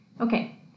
Okay